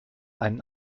einen